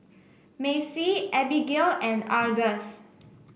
Macey Abigayle and Ardath